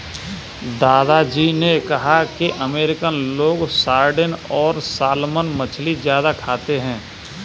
दादा जी ने कहा कि अमेरिकन लोग सार्डिन और सालमन मछली ज्यादा खाते हैं